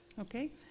Okay